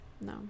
No